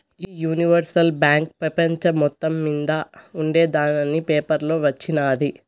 ఈ universal bank పెపంచం మొత్తం మింద ఉండేందని పేపర్లో వచిన్నాది